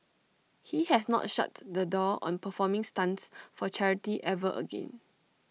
he has not shut the door on performing stunts for charity ever again